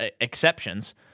exceptions